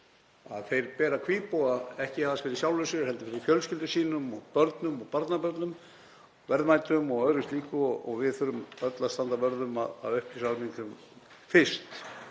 að þeir bera kvíðboga, ekki aðeins fyrir sjálfum sér heldur fyrir fjölskyldum sínum, börnum og barnabörnum, verðmætum og öðru slíku. Við þurfum öll að standa vörð um að upplýsa almenning sem fyrst.